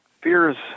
fears